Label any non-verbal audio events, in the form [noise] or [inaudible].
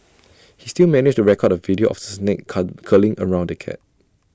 he still managed record A video of the snake [unintelligible] curling around the cat